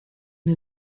den